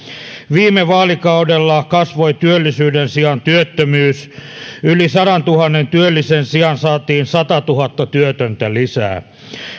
viime vaalikaudella kasvoi työllisyyden sijaan työttömyys yli sadantuhannen työllisen sijaan saatiin satatuhatta työtöntä lisää